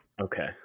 Okay